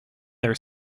their